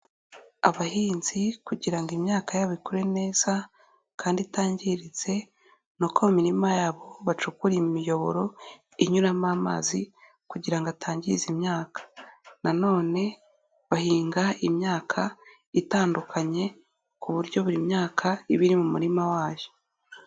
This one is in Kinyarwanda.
Abahinzi kugira ngo imyaka yabo ikure neza kandi itangiritse, ni uko mu mirima yabo bacukura imiyoboro inyuramo amazi kugira ngo atangiza imyaka, nanone bahinga imyaka itandukanye, ku buryo buri myaka iba iri mu murima wayo.